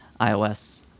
iOS